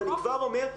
אני כבר אומר,